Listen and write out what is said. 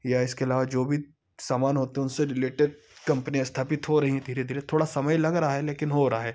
या इसके अलावा जो भी सामान होते हैं उनसे रिलेटेड कम्पनी स्थापित हो रही हैं धीरे धीरे थोड़ा समय लग रहा है लेकिन हो रहा है